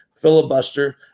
Filibuster